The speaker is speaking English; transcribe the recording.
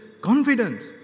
confidence